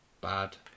bad